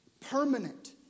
permanent